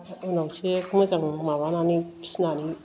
उनावसो मोजां माबानानै फिनानै